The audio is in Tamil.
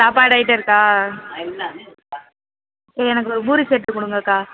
சாப்பாடு ஐட்டம் இருக்கா எனக்கு ஒரு பூரி செட்டு கொடுங்கக்கா